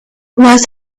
was